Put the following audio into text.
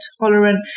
tolerant